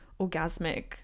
orgasmic